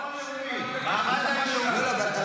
מעמד האישה.